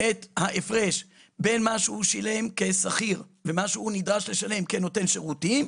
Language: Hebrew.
את ההפרש בין מה שהוא שילם כשכיר למה שהוא נדרש לשלם כנותן שירותים.